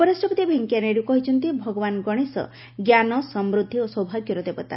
ଉପରାଷ୍ଟ୍ରପତି ଭେଙ୍କିୟା ନାଇଡୁ କହିଛନ୍ତି ଭଗବାନ ଗଣେଶ ଜ୍ଞାନ ସମୃଦ୍ଧି ଓ ସୌଭାଗ୍ୟର ଦେବତା